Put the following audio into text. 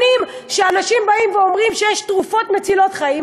שנים שאנשים באים ואומרים שיש תרופות מצילות חיים